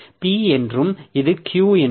P என்றும் இது Q என்றும்